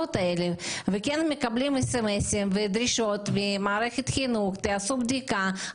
וכן מקבלים הודעות SMS ודרישות ממערכת החינוך לעשות בדיקה,